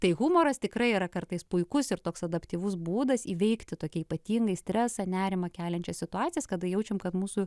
tai humoras tikrai yra kartais puikus ir toks adaptyvus būdas įveikti tokią ypatingai stresą nerimą keliančias situacijas kada jaučiam kad mūsų